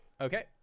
okay